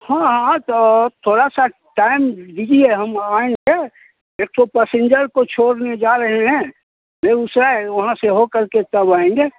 हाँ आ तो थोड़ा सा टाइम दीजिए हम आएँगे एक ठो पैसेंजर को छोड़ने जा रहे हैं बेगूसराय वहाँ से होकर के तब आएँगे